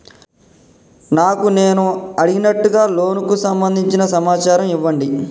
నాకు నేను అడిగినట్టుగా లోనుకు సంబందించిన సమాచారం ఇయ్యండి?